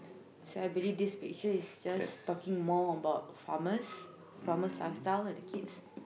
so I believe this picture is just talking more about farmers farmers lifestyle where the kids